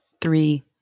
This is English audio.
three